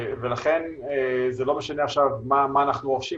לכן זה לא משנה עכשיו מה אנחנו רוכשים,